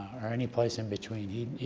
or any place in between.